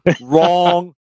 wrong